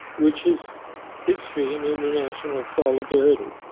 which is history in international solidarity.